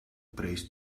prays